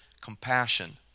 compassion